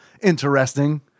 interesting